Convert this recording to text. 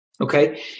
Okay